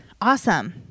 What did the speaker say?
Awesome